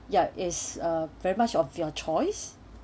ya is a very much of your choice